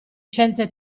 scienze